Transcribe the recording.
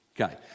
Okay